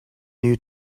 new